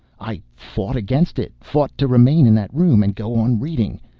i fought against it, fought to remain in that room and go on reading.